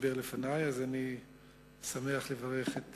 שדיבר לפני, אז אני שמח לברך את